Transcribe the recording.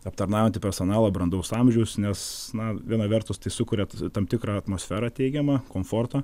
aptarnaujantį personalą brandaus amžiaus nes na viena vertus tai sukuria tam tikrą atmosferą teigiamą komforto